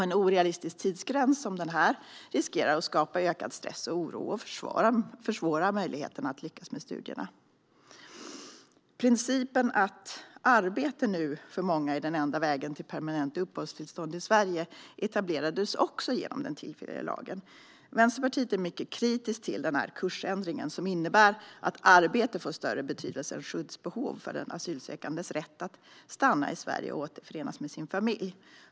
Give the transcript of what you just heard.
En orealistisk tidsgräns som denna riskerar att skapa ökad stress och oro och försvåra möjligheterna att lyckas med studierna. Principen att arbete nu för många är den enda vägen till permanent uppehållstillstånd i Sverige etablerades också genom den tillfälliga lagen. Vänsterpartiet är mycket kritiskt till denna kursändring som innebär att arbete får större betydelse än skyddsbehov för den asylsökandes rätt att få stanna i Sverige och återförenas med sin familj.